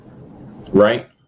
Right